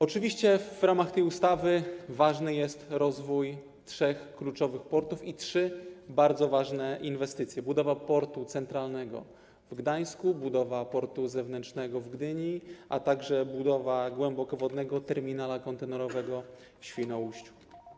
Oczywiście w ramach tej ustawy ważny jest rozwój trzech kluczowych portów i bardzo ważne są trzy inwestycje: budowa Portu Centralnego w Gdańsku, budowa Portu Zewnętrznego w Gdyni, a także budowa głębokowodnego terminalu kontenerowego w Świnoujściu.